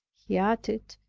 he added,